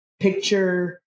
picture